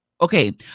okay